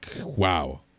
Wow